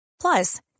Plus